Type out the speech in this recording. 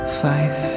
five